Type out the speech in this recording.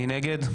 מי נגד?